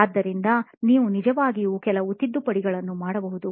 ಆದ್ದರಿಂದ ನೀವು ನಿಜವಾಗಿಯೂ ಕೆಲವು ತಿದ್ದುಪಡಿಗಳನ್ನು ಮಾಡಬಹುದು